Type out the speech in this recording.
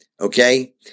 Okay